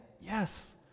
Yes